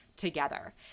together